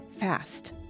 fast